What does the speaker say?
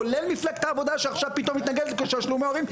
כולל מפלגת העבודה שעכשיו פתאום מתנגדת לתשלומי הורים,